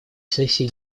сессии